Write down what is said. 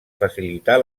facilitar